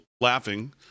laughing